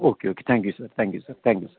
okay okay thank you sir thank you sir thank you